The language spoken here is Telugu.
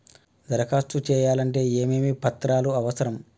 దరఖాస్తు చేయాలంటే ఏమేమి పత్రాలు అవసరం?